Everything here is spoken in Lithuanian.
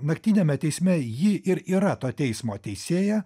naktiniame teisme ji ir yra to teismo teisėja